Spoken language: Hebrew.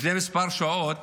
לפני כמה שעות